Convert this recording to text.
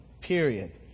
period